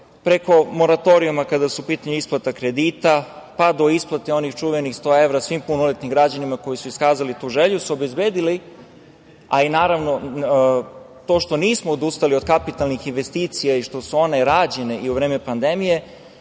preko moratorijuma kada je u pitanju isplata kredita, pa do isplate onih čuvenih 100 evra svim punoletnim građanima koji su iskazali tu želju, su obezbedile, a i to što nismo odustali od kapitalnih investicija i što su one rađene i u vreme pandemije,